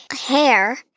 hair